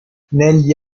negli